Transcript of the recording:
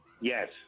Yes